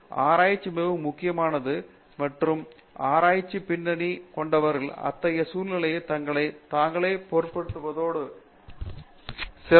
மூர்த்தி எனவே ஆராய்ச்சி மிகவும் முக்கியமானது மற்றும் ஆராய்ச்சி பின்னணி கொண்டவர்கள் அத்தகைய சூழ்நிலையில் தங்களைத் தாங்களே பொருத்துவதோடு மிகச் சிறப்பாக வளரத்த முடியும்